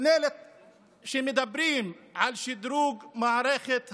לפני שמדברים על שדרוג מערכת החינוך,